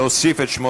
להוסיף את שמו